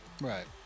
Right